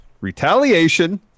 Retaliation